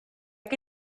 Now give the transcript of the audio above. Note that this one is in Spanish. que